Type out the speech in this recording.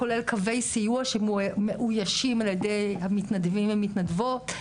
כולל קווי סיוע שמאוישים על ידי המתנדבים ומתנדבות,